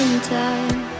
time